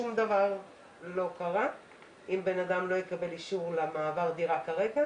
שום דבר לא קרה אם בן אדם לא יקבל אישור למעבר דירה כרגע